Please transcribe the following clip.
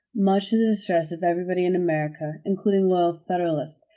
much to the distress of everybody in america, including loyal federalists.